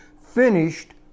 Finished